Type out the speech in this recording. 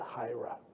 Hira